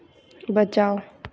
बचाओ